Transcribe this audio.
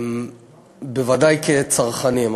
בוודאי כצרכנים.